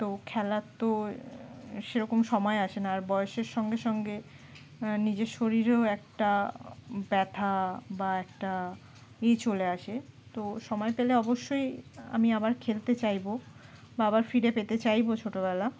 তো খেলার তো সেরকম সময় আসে না আর বয়সের সঙ্গে সঙ্গে নিজের শরীরেও একটা ব্যথা বা একটা ই চলে আসে তো সময় পেলে অবশ্যই আমি আবার খেলতে চাইব বা আবার ফিরে পেতে চাইব ছোটোবেলা